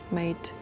made